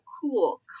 cool